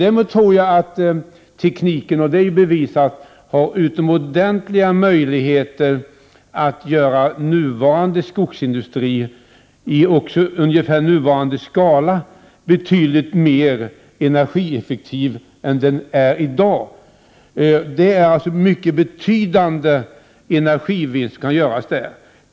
Däremot är det bevisat att tekniken har utomordentligt stora möjligheter att göra skogsindustrin betydligt mer energieffektiv än den är i dag. Där kan alltså mycket en betydande energivinst göras.